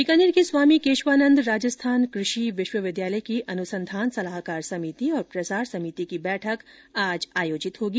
बीकानेर के स्वामी केशवानंद राजस्थान कृषि विश्वविद्यालय की अनुसंधान सलाहकार समिति और प्रसार सभिति की बैठक आज आयोजित होगी